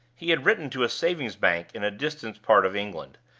he had written to a savings-bank in a distant part of england,